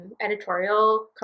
editorial